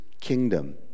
kingdom